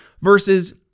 versus